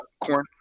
corn